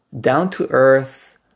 Down-to-earth